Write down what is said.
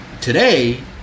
today